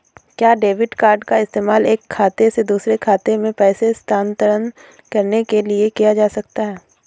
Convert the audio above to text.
क्या debit card का इस्तेमाल एक खाते से दूसरे खाते में पैसे स्थानांतरण करने के लिए किया जा सकता है?